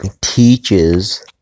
teaches